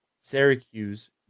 Syracuse